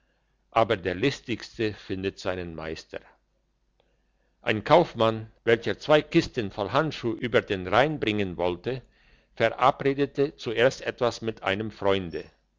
aber der listigste findet seinen meister ein kaufmann welcher zwei kisten voll handschuh über den rhein bringen wollte verabredete zuerst etwas mit einem freunde